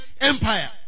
Empire